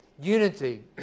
unity